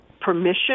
permission